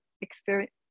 experience